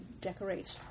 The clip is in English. decorate